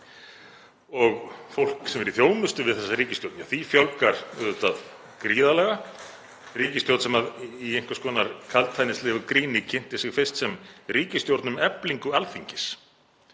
Fólki sem er í þjónustu við þessa ríkisstjórn fjölgar auðvitað gríðarlega, ríkisstjórn sem í einhvers konar kaldhæðnislegu gríni kynnti sig fyrst sem ríkisstjórn um eflingu Alþingis